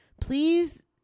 please